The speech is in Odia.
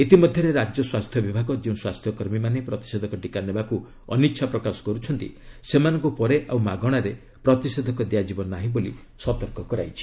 ଇତିମଧ୍ୟରେ ରାଜ୍ୟ ସ୍ୱାସ୍ଥ୍ୟ ବିଭାଗ ଯେଉଁ ସ୍ୱାସ୍ଥ୍ୟକର୍ମୀମାନେ ପ୍ରତିଷେଧକ ଟିକା ନେବାକୁ ଅନିଚ୍ଛା ପ୍ରକାଶ କରୁଛନ୍ତି ସେମାନଙ୍କୁ ପରେ ଆଉ ମାଗଶାରେ ପ୍ରତିଷେଧକ ଦିଆଯିବ ନାହିଁ ବୋଲି ସତର୍କ କରାଇଛି